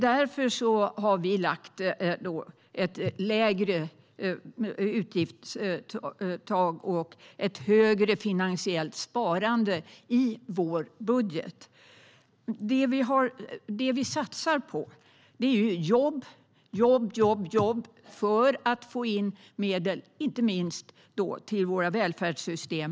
Därför har vi föreslagit ett lägre utgiftstak och ett högre finansiellt sparande i vår budget. Vi satsar på jobb, jobb och jobb. Det gör vi för att få in medel, inte minst till våra välfärdssystem.